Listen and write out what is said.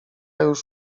już